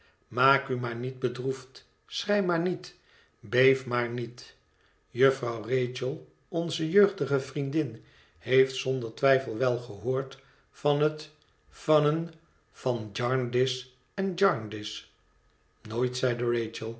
maak u maar niet bedroefd schrei maar niet beef maar niet jufvrouw rachel onze jeugdige vriendin heeft zonder twijfel wel gehoord van het van een van jarndyce en jarndyce nooit zeide